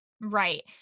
Right